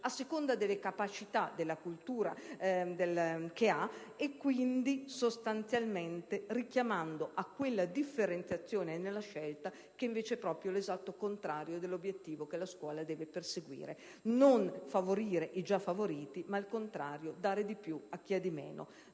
a seconda delle capacità, della cultura che ha e, quindi, sostanzialmente con un richiamo alla differenziazione nella scelta. Ciò è l'esatto contrario dell'obiettivo che la scuola deve perseguire: non favorire i già favoriti ma, al contrario, dare di più a chi ha di meno.